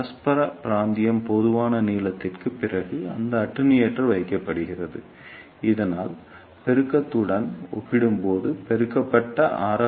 பரஸ்பர பிராந்தியத்தின் போதுமான நீளத்திற்குப் பிறகு இந்த அட்டென்யூட்டர் வைக்கப்படுகிறது இதனால் பெருக்கத்துடன் ஒப்பிடும்போது பெருக்கப்பட்ட ஆர்